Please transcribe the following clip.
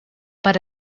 per